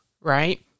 right